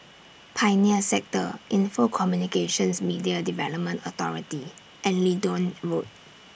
Pioneer Sector Info Communications Media Development Authority and Leedon Road